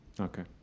Okay